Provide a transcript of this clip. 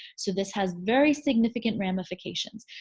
so this has very significant ramifications.